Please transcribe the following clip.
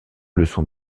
leçons